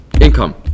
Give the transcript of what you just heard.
income